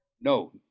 No